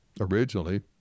originally